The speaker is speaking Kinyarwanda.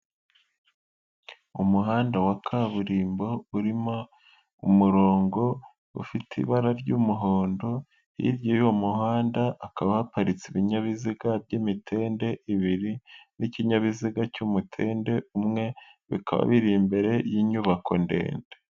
Umuhanda wa kaburimbo urimo umurongo ufite ibara ry'umuhondo, hirya y'uwo muhanda hakaba haparitse ibinyabiziga by'imitende ibiri n'ikinyabiziga cy'umutende umwe, bikaba biri imbere y'inyubako ndende.